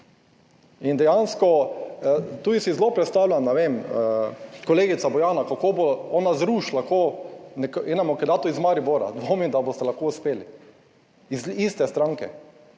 In dejansko tudi si zelo predstavljam, ne vem, kolegica Bojana, kako bo ona zrušila enemu kandidatu iz Maribora - dvomim, da boste lahko uspeli - iz iste stranke.